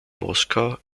moskau